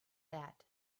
that